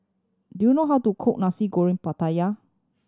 do you know how to cook Nasi Goreng Pattaya